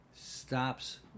stops